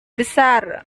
besar